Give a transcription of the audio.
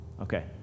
Okay